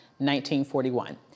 1941